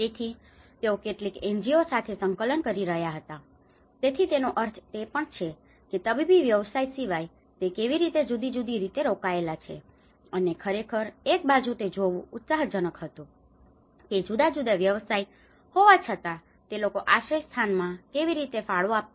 તેથી તેઓ કેટલીક એનજીઓ સાથે સંકલન કરી રહ્યા હતા તેથી તેનો અર્થ તે પણ છે કે તબીબી વ્યવસાય સિવાય તે કેવી રીતે જુદી જુદી રીતે રોકાયેલા છે અને ખરેખર એક બાજુ તે જોવું ઉત્સાહજનક હતું કે જુદા જુદા વ્યવસાય હોવા છતાં તે લોકો આશ્રયસ્થાનમાં કેવી રીતે ફાળો આપતા